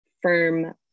firm